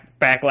backlash